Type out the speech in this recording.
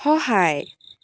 সহায়